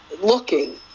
looking